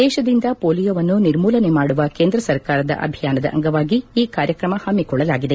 ದೇಶದಿಂದ ಪೊಲೀಯೋವನ್ನು ನಿರ್ಮೂಲನೆ ಮಾದುವ ಕೇಂದ್ರ ಸರ್ಕಾರದ ಅಭಿಯಾನದ ಅಂಗವಾಗಿ ಈ ಕಾರ್ಯಕ್ರಮ ಹಮ್ಮಿಕೊಳ್ಳಲಾಗಿದೆ